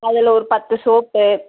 அதில் ஒரு பத்து சோப்பு